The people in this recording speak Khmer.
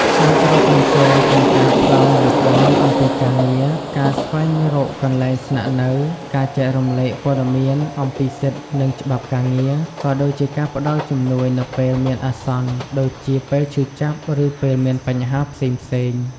អាចរាប់បញ្ចូលទាំងការផ្ដល់យោបល់អំពីការងារ ការស្វែងរកកន្លែងស្នាក់នៅ ការចែករំលែកព័ត៌មានអំពីសិទ្ធិ និងច្បាប់ការងារ ក៏ដូចជាការផ្ដល់ជំនួយនៅពេលមានអាសន្ន ដូចជាពេលឈឺចាប់ ឬមានបញ្ហាផ្សេងៗ ។